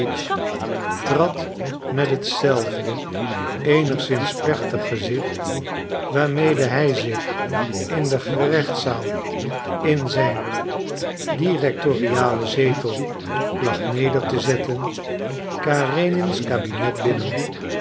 trad met hetzelfde eenigszins plechtig gezicht waarmede hij zich in de gerechtszaal in zijn directorialen zetel placht neder te zetten karenins kabinet binnen